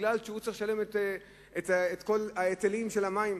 כי הוא צריך לשלם את כל ההיטלים של המים.